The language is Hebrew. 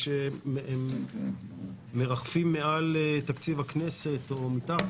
שימוש בעודפי תקציב משנת 2020 לשנת 2021. הגיע אלינו מכתב מיושב-ראש הכנסת: בהתאם